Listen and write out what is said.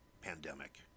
pandemic